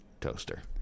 toaster